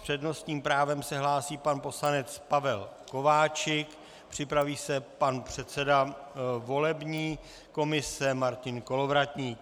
S přednostním právem se hlásí pan poslanec Pavel Kováčik, připraví se pan předseda volební komise Martin Kolovratník.